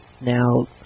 Now